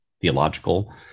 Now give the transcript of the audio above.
theological